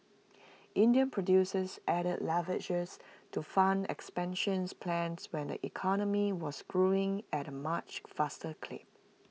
Indian producers added leverages to fund expansion's plans when the economy was growing at A much faster clip